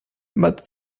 but